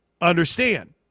understand